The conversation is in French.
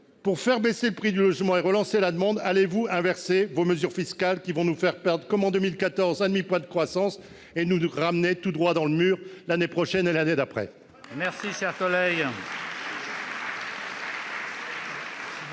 Pour faire baisser le prix du logement et relancer la demande, allez-vous inverser vos mesures fiscales afin de ne pas nous faire perdre, comme en 2014, un demi-point de croissance et de ne pas nous conduire tout droit dans le mur l'année prochaine et l'année suivante ?